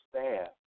staff